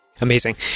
Amazing